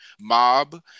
mob